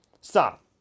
Stop